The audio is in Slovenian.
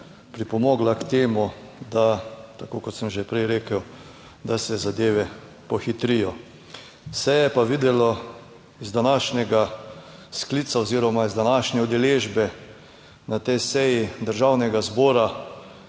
pripomogla k temu, da tako kot sem že prej rekel, da se zadeve pohitrijo. Se je pa videlo iz današnjega sklica oziroma iz današnje udeležbe na tej seji Državnega zbora,